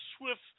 swift